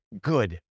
good